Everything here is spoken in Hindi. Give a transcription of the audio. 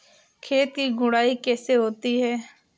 खेत की गुड़ाई कैसे होती हैं?